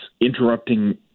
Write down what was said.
interrupting